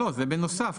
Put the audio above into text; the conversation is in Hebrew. זה בנוסף.